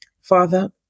Father